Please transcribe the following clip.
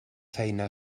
feina